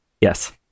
Yes